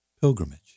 Pilgrimage